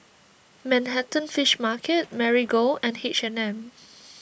Manhattan Fish Market Marigold and H and M